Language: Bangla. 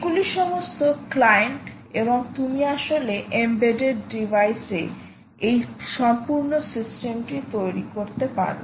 এগুলি সমস্ত ক্লায়েন্ট এবং তুমি আসলে এম্বেডেড ডিভাইসে এই সম্পূর্ণ সিস্টেমটি তৈরি করতে পারো